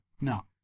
No